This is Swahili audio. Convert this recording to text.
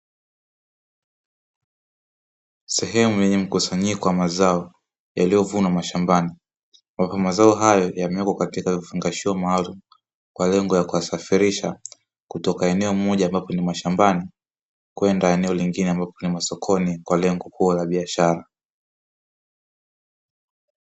Sehemu yenye mkusanyiko wa mazao yaliyovunwa mashambani, ambapo mazao hayo yamewekwa katika vifungashio maalumu kwa lengo la kuwasafirisha kutoka eneo moja ambapo ni mashambani kwenda eneo lingine ambapo ni masokoni; kwa lengo kuu la biashara.